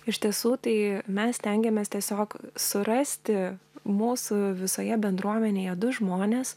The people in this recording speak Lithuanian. iš tiesų tai mes stengiamės tiesiog surasti mūsų visoje bendruomenėje du žmones